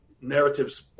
narratives